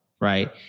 Right